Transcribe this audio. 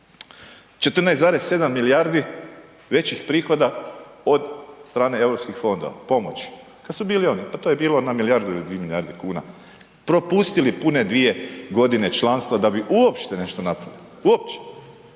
14,7 milijardi većih prihoda od strane europskih fondova pomoći, kada su bili oni pa to je bilo na milijardu ili dvije milijarde kuna. Propustili pune dvije godine članstva da bi uopšte nešto napravili uopće,